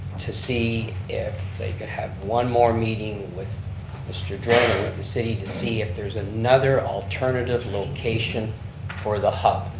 to see if they could have one more meeting with mr. dren, or with the city to see if there's another alternative location for the hub.